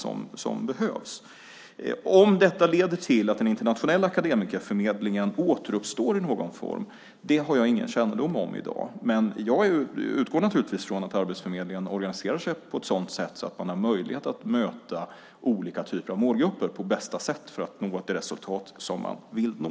Huruvida detta leder till att den internationella akademikerförmedlingen återuppstår i någon form har jag i dag ingen kännedom om. Men jag utgår naturligtvis från att Arbetsförmedlingen organiserar så att man har möjlighet att på bästa sätt möta olika typer av målgrupper för att nå det resultat som man vill nå.